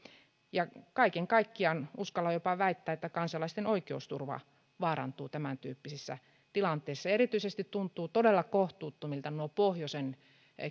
kaiken kaikkiaan uskallan jopa väittää että kansalaisten oikeusturva vaarantuu tämäntyyppisissä tilanteissa erityisesti tuntuvat todella kohtuuttomilta nuo pohjoisen